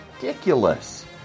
ridiculous